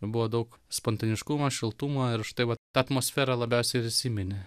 buvo daug spontaniškumo šiltumo ir štai vat ta atmosfera labiausiai ir įsiminė